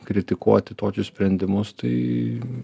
kritikuoti tokius sprendimus tai